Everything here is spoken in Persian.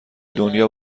دنیا